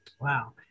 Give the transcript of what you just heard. Wow